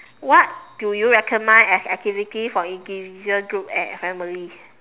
what do you recommend as activities for individual group and families